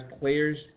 Players